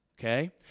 okay